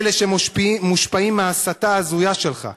אלה שמושפעים מההסתה ההזויה שלך,